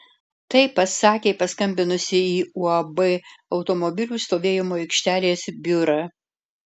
tai pasakė paskambinusi į uab automobilių stovėjimo aikštelės biurą